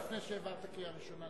אתה לא יכול לפני שהעברת קריאה ראשונה,